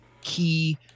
key